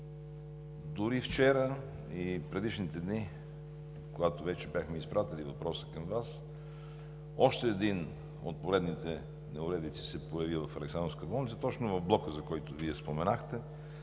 дори вчера и предишните дни, когато вече бяхме изпратили въпроса към Вас, още една от поредните неуредици се появи в Александровска болница, точно в блока, за който Вие споменахте,